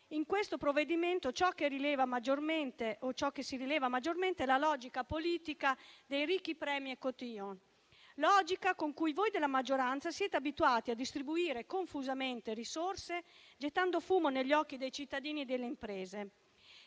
in questo provvedimento ciò che si rileva maggiormente è la logica politica dei ricchi premi e *cotillon*, con cui voi della maggioranza siete abituati a distribuire confusamente risorse, gettando fumo negli occhi dei cittadini e delle imprese.